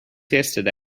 yesterday